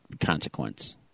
consequence